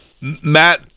Matt